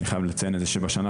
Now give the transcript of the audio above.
אני חייב לציין את זה שבשנה,